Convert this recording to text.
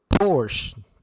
Porsche